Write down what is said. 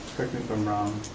correct me if i'm wrong,